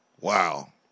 Wow